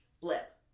blip